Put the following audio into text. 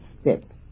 step